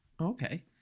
Okay